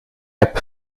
app